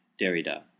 Derrida